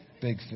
Big